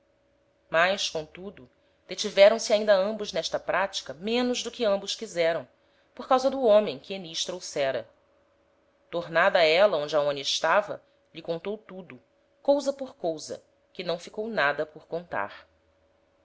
mas comtudo detiveram-se ainda ambos n'esta pratica menos do que ambos quiseram por causa do homem que enis trouxera tornada éla onde aonia estava lhe contou tudo cousa por cousa que não ficou nada por contar